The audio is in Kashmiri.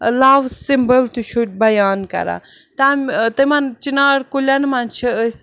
لَو سِمبٕل تہِ چھُ کھ بَیان کران تَمہِ تِمَن چِنار کُلٮ۪ن منٛز چھِ أسۍ